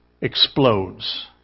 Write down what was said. explodes